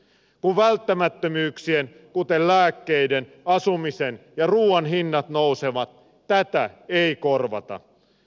kun välttämättömyyksien kuten lääkkeiden asumisen ja ruuan hinnat nousevat tätä ei korvata